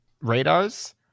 radars